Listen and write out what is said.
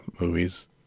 movies